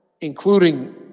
including